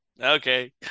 okay